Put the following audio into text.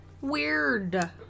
Weird